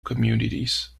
communities